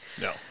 No